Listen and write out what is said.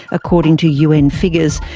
according to un figures,